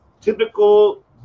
typical